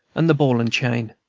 and the ball and chain.